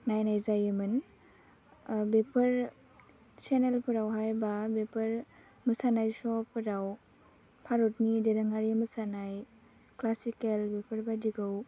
नायनाय जायोमोन बेफोर सेनेलफोरावहाय बा बेफोर मोसानाय स'फोराव भारतनि दोरोङारि मोसानाय क्लासिकेल बेफोर बादिखौ